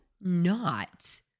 not-